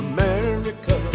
America